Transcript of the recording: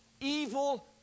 Evil